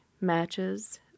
matches